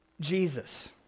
Jesus